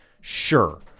Sure